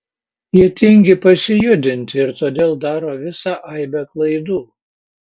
jie tingi pasijudinti ir todėl daro visą aibę klaidų